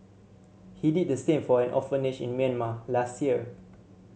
he did the same for an orphanage in Myanmar last year